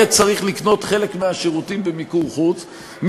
יהיה צריך לקנות חלק מהשירותים במיקור חוץ,